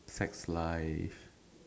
sex life